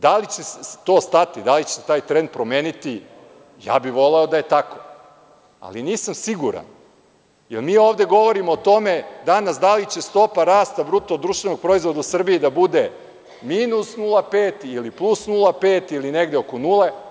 Da li će to stati, da li će se taj trend promeniti, ja bih voleo da je tako, ali nisam siguran jer mi ovde govorimo o tome danas da li će stopa rasta BDP u Srbiji da bude minus 0,5 ili plus 0,5 ili negde oko nule.